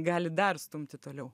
gali dar stumti toliau